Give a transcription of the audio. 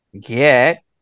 get